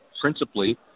principally